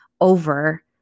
over